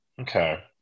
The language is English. Okay